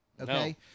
okay